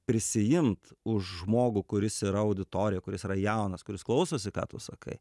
prisiimt už žmogų kuris yra auditorija kuris yra jaunas kuris klausosi ką tu sakai